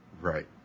Right